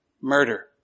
murder